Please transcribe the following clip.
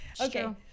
Okay